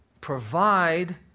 provide